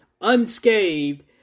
unscathed